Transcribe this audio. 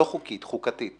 לא חוקית, חוקתית